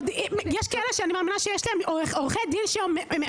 אני מאמינה שיש כאלה שיש להם עורכי דין שאומרים